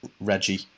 Reggie